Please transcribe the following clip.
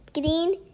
green